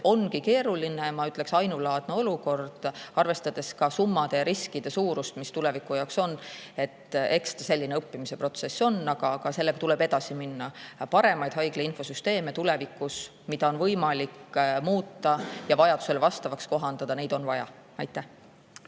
ongi keeruline ja ma ütleksin, ainulaadne olukord, arvestades ka summade ja riskide suurust, mis tuleviku jaoks on. Eks ta selline õppimise protsess on, aga sellega tuleb edasi minna. Tulevikus on vaja paremaid haiglainfosüsteeme, mida on võimalik muuta ja vajadustele vastavaks kohandada. Aitäh!